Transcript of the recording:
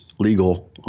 legal